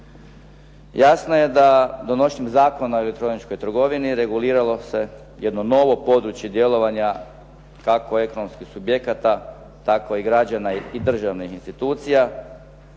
Jasno je da donošenjem Zakona o elektroničkoj trgovini reguliralo se jedno novo područje djelovanja kako ekonomskih subjekata, tako i građana i državnih institucija